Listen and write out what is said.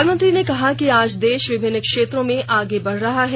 प्रधानमंत्री ने कहा कि आज देश विभिन्न क्षेत्रों में आगे बढ़ रहा है